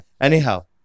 Anyhow